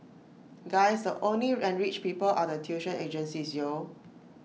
guys the only enriched people are the tuition agencies yo